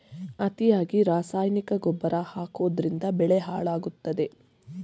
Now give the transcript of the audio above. ಅತಿಯಾಗಿ ರಾಸಾಯನಿಕ ಗೊಬ್ಬರ ಹಾಕೋದ್ರಿಂದ ಬೆಳೆ ಹಾಳಾಗುತ್ತದೆ